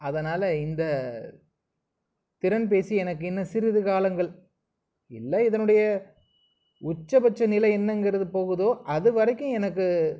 அதனால் இந்த திறன்பேசி எனக்கு இன்னும் சிறிது காலங்கள் இல்லை இதனுடைய உச்சபட்ச நிலை என்னங்கிறது போகுதோ அதுவரைக்கும் எனக்கு